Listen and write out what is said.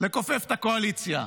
לכופף את הקואליציה,